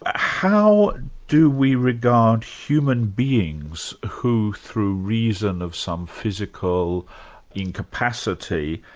ah how do we regard human beings who through reason of some physical incapacity,